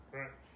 right